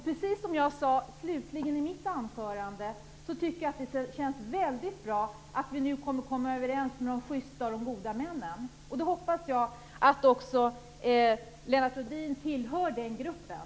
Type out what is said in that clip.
Precis som jag slutligen sade i mitt anförande tycker jag att det känns väldigt bra att vi nu kommer att komma överens med de schysta och goda männen. Jag hoppas att också Lennart Rohdin tillhör den gruppen.